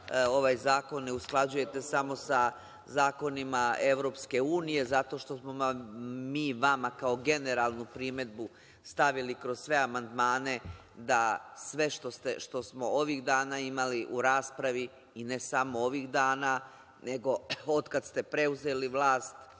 ovaj zakon ne usklađujete samo sa zakonima EU, zato što smo mi vama kao generalnu primedbu stavili kroz sve amandmane da sve što smo ovih dana imali u raspravi i ne samo ovih dana nego od kad ste preuzeli vlast